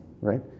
right